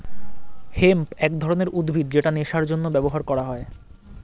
hemp এক ধরনের উদ্ভিদ যেটা নেশার জন্য ব্যবহার করা হয়